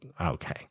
Okay